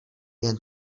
jen